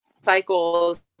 cycles